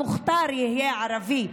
המוכתר יהיה ערבי.